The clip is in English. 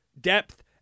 depth